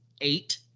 eight